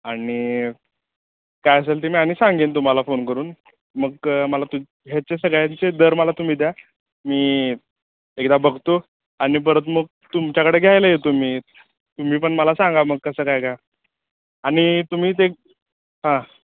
आणि काय असेल ते मी आणि सांगेन तुम्हाला फोन करून मग मला तू ह्याचे सगळ्यांचे दर मला तुम्ही द्या मी एकदा बघतो आणि परत मग तुमच्याकडे घ्यायला येतो मी तुम्ही पण मला सांगा मग कसं काय का आणि तुम्ही ते हां